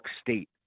State